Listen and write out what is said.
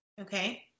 Okay